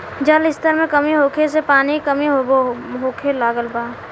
जल स्तर में कमी होखे से पानी के कमी होखे लागल बा